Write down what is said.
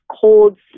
cold